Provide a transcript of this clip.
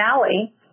Valley